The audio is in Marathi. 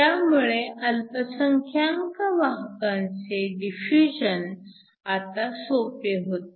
त्यामुळे अल्पसंख्यांक वाहकांचे डिफ्युजन आता सोपे होते